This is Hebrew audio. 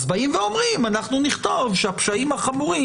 אז באים ואומרים: אנחנו נכתוב שהפשעים החמורים